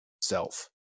self